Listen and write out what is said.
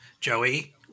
Joey